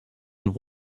and